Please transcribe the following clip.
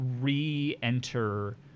re-enter